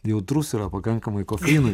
jautrus yra pakankamai kofeinui